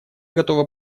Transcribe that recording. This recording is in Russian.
готова